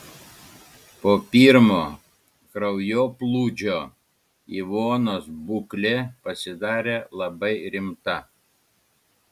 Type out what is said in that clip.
po pirmo kraujoplūdžio ivonos būklė pasidarė labai rimta